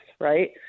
right